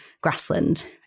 grassland